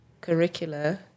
curricula